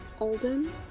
Alden